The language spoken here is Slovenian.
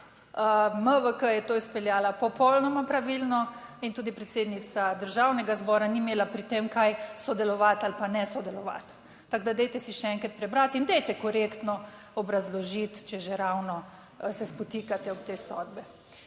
MVK je to izpeljala popolnoma pravilno in tudi predsednica Državnega zbora ni imela pri tem kaj sodelovati ali pa ne sodelovati. Tako da dajte si še enkrat prebrati in dajte korektno obrazložiti, če že ravno se spotikate ob te sodbe.